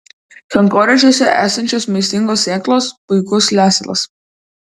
kankorėžiuose esančios maistingos sėklos puikus lesalas